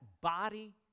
body